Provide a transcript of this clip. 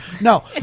No